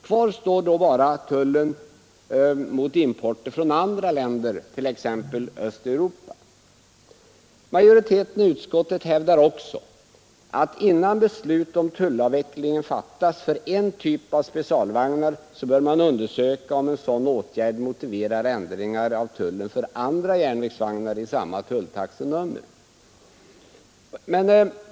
Kvar står då bara tullen på import från andra länder, t.ex. från Östeuropa. Majoriteten i utskottet hävdar också att innan beslut om tullavveckling fattas för en typ av specialvagnar så bör man undersöka om en sådan åtgärd motiverar förändringar av tullen för andra järnvägsvagnar med samma tulltaxenummer.